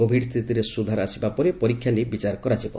Covid ସ୍ସିତିରେ ସୁଧାର ଆସିବା ପରେ ପରୀକ୍ଷା ନେଇ ବିଚାର କରାଯିବ